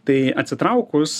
tai atsitraukus